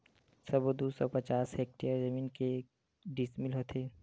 सबो दू सौ पचास हेक्टेयर जमीन के डिसमिल होथे?